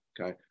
Okay